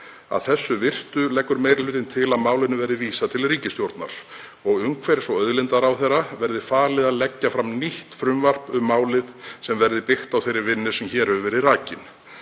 Að þessu virtu leggur meiri hlutinn til að málinu verði vísað til ríkisstjórnarinnar og umhverfis- og auðlindaráðherra verði falið að leggja fram nýtt frumvarp um málið sem verði byggt á þeirri vinnu sem hér hefur verið rakin.“